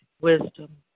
wisdom